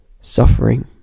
suffering